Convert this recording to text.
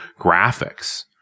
graphics